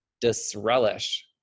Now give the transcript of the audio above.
disrelish